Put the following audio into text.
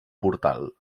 portal